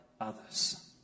others